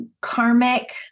karmic